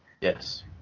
Yes